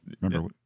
remember